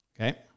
Okay